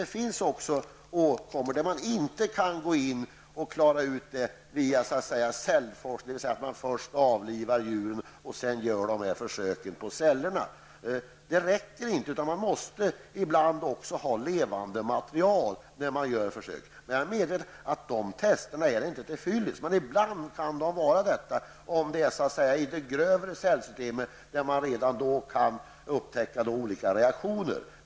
Det finns också åkommor där man inte kan gå in och klara ut saker och ting genom cellforskning, dvs. att försöken görs på cellerna efter det att djuren har avlivats. Det räcker inte. Ibland måste man ha levande material vid försöken. Men jag är medveten om att de proven inte är till fyllest. Ibland kan de vara det, nämligen om det gäller det grövre cellsystemet där man kan upptäcka olika reaktioner.